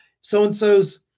So-and-so's